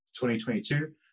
2022